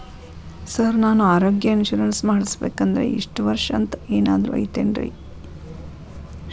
Sir ನಾನು ಆರೋಗ್ಯ insurance ಮಾಡಿಸ್ಬೇಕಂದ್ರೆ ಇಷ್ಟ ವರ್ಷ ಅಂಥ ಏನಾದ್ರು ಐತೇನ್ರೇ?